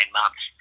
months